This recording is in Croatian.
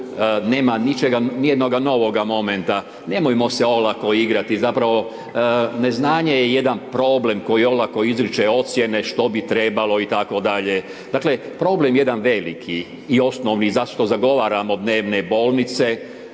nema ničega ni jednoga novoga momenta, nemojmo se olako igrati. Zapravo neznanje je jedan problem koji olako izriče ocjene što bi trebalo itd., dakle problem jedan veliki i osnovni zašto zagovaramo dnevne bolnici